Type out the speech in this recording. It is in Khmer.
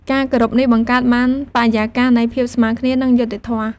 ការគោរពនេះបង្កើតបានបរិយាកាសនៃភាពស្មើគ្នា និងយុត្តិធម៌។